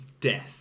death